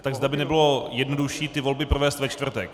Tak zda by nebylo jednodušší ty volby provést ve čtvrtek.